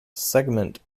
segment